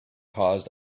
caused